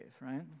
right